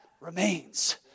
remains